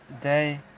day